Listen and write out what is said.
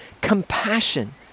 compassion